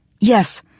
Yes